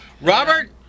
Robert